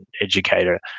educator